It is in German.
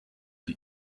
die